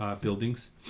buildings